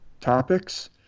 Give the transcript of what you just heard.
topics